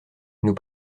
nous